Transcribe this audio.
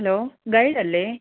hello ഗൈഡല്ലേ